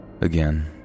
Again